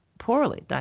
poorly